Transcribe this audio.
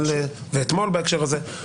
ואתמול בהקשר הזה,